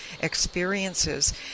experiences